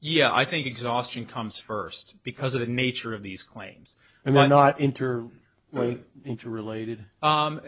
yeah i think exhaustion comes first because of the nature of these claims and why not enter into related